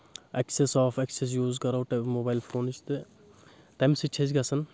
Axis of access use کرو mobile فونٕچ تہٕ تمہِ سۭتۍ چھِ أسۍ گژھان